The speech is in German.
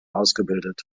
ausgebildet